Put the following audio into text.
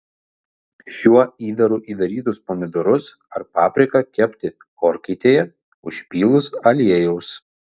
šiuo įdaru įdarytus pomidorus ar papriką kepti orkaitėje užpylus aliejaus